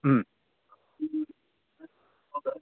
হুম